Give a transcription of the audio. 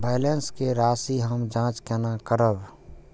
Balance के राशि हम जाँच केना करब?